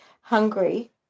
hungry